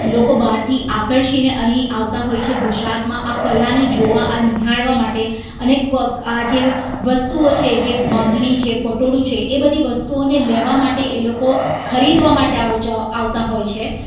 લોકો બહારથી આકર્ષાઈને અહીં આવતા હોય છે ગુજરાતમાં આ કલાને જોવા આ નિહાળવા માટે અને આ જે વસ્તુઓ છે જે બાંધણી છે પટોળું છે એ બધી વસ્તુઓને લેવા માટે એ લોકો ખરીદવા માટે આવતા હોય છે